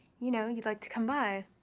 you know, you'd like to come by.